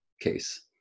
case